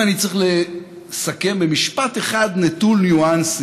אם אני צריך לסכם במשפט אחד, נטול ניואנסים,